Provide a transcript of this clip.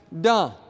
done